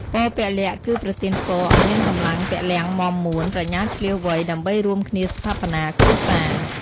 ពរពលៈ គឺប្រទានពរឲ្យមានកម្លាំងពលំមាំមួន ប្រាជ្ញាឈ្លាសវៃ ដើម្បីរួមគ្នាស្ថាបនាគ្រួសារ។